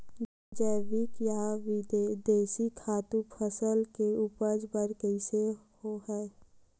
जैविक या देशी खातु फसल के उपज बर कइसे होहय?